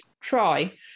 try